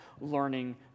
Learning